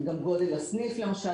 גם גודל הסניף למשל,